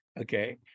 okay